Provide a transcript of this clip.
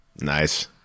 Nice